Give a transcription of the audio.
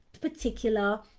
particular